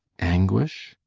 anguish?